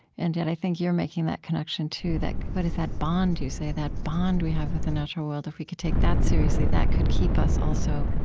and yet, i think you're making that connection too, that what is that bond, you say, that bond we have with the natural world? if we could take that seriously, that could keep us, also,